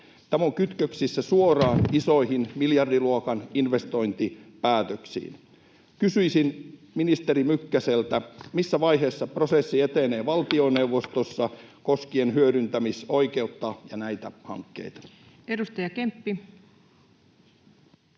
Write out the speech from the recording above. Tämä on kytköksissä suoraan isoihin miljardiluokan investointipäätöksiin. Kysyisin ministeri Mykkäseltä: missä vaiheessa prosessi etenee valtioneuvostossa koskien hyödyntämisoikeutta ja näitä hankkeita? [Speech